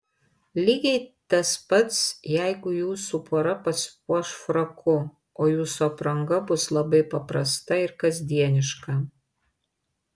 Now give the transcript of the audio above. lygiai tas pats jeigu jūsų pora pasipuoš fraku o jūsų apranga bus labai paprasta ir kasdieniška